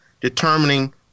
determining